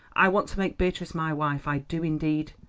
i want to make beatrice my wife i do indeed.